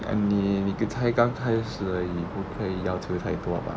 and 你你才刚开始而已不可以要求太多 mah